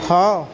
ਹਾਂ